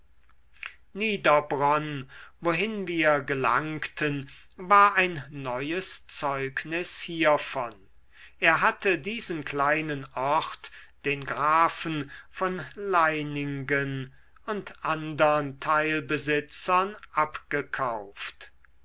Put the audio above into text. niederbronn wohin wir gelangten war ein neues zeugnis hiervon er hatte diesen kleinen ort den grafen von leiningen und andern teilbesitzern abgekauft